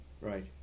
Right